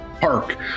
park